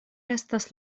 estas